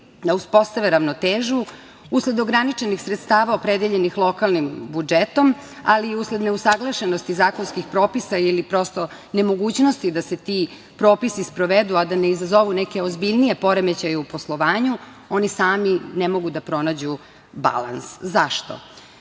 uspostave ravnotežu, usled ograničenih sredstava opredeljenih lokalnim budžetom, ali i usled neusaglašenosti zakonskih propisa ili, prosto, nemogućnosti da se ti propisi sprovedu a da ne izazovu neke ozbiljnije poremećaje u poslovanju, oni sami ne mogu da pronađu balans. Zašto?